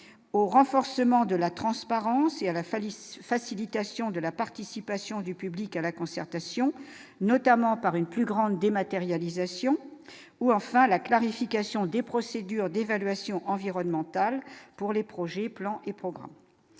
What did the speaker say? au renforcement de la transparence et à la famille facilitation de la participation du public à la concertation, notamment par une plus grande dématérialisation ou enfin la clarification des procédures d'évaluation environnementale pour les projets, plans et programmes